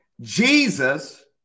Jesus